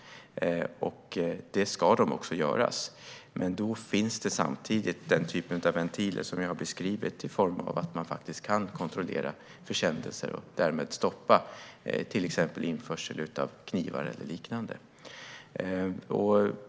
Det ska de också, men då finns samtidigt den typ av ventiler jag har beskrivit, i form av att man faktiskt kan kontrollera försändelser och därmed stoppa till exempel införsel av knivar eller liknande.